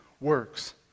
works